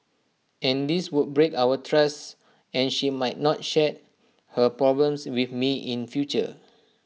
and this would break our trusts and she might not share her problems with me in future